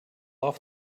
off